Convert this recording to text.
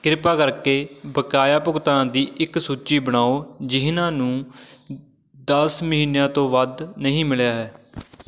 ਕਿਰਪਾ ਕਰਕੇ ਬਕਾਇਆ ਭੁਗਤਾਨ ਦੀ ਇੱਕ ਸੂਚੀ ਬਣਾਓ ਜਿਨ੍ਹਾਂ ਨੂੰ ਦਸ ਮਹੀਨਿਆਂ ਤੋਂ ਵੱਧ ਨਹੀਂ ਮਿਲਿਆ ਹੈ